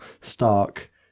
Stark